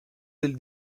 del